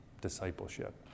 discipleship